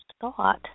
thought